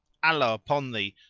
allah upon thee,